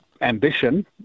ambition